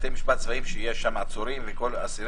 בתי משפט צבאיים שיש שם עצורים ואסירים,